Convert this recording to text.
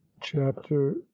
Chapter